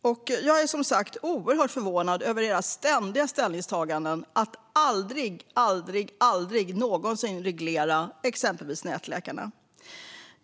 Jag är som sagt oerhört förvånad över era ständiga ställningstaganden om att aldrig någonsin reglera exempelvis nätläkarna.